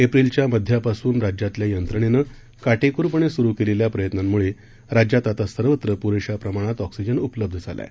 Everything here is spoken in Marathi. एप्रिलच्या मध्यापासून राज्यातल्या यंत्रणेने काटेकोरपणे सुरू केलेल्या प्रयत्नांमुळे राज्यात आता सर्वत्र पुरेशा प्रमाणात ऑक्सिजन उपलब्ध झाला आहे